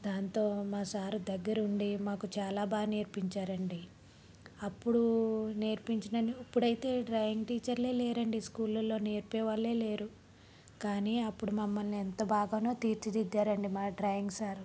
దాంతో మా సారు దగ్గరుండి మాకు చాలా బాగా నేర్పించారండి అప్పుడు నేర్పించనని ఇప్పుడైతే డ్రాయింగ్ టీచర్లే లేరండి స్కూళ్ళల్లో నేర్పే వాళ్ళే లేరు కానీ అప్పుడు మమ్మల్ని ఎంత బాగానో తీర్చి దిద్దారండి మా డ్రాయింగ్ సారు